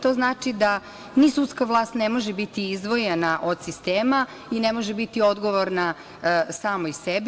To znači da ni sudska vlast ne može biti izdvojena od sistema i ne može biti odgovorna samoj sebi.